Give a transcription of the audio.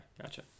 gotcha